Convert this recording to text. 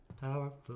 powerful